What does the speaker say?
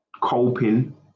coping